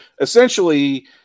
essentially